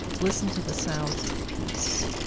listen to the sounds of peace.